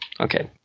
okay